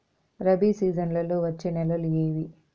రబి సీజన్లలో వచ్చే నెలలు ఏవి?